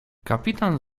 kapitan